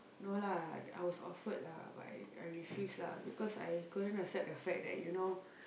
no lah I was offered lah but I I refused lah because I couldn't accept the fact that you know